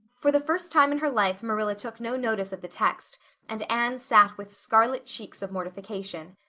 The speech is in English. for the first time in her life marilla took no notice of the text and anne sat with scarlet cheeks of mortification.